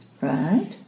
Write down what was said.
Right